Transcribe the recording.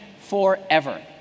forever